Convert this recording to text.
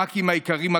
הח"כים העיקריים,